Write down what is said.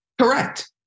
Correct